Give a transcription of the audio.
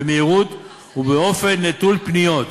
במהירות ובאופן נטול פניות.